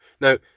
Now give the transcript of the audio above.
now